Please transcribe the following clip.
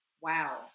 Wow